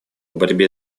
борьбе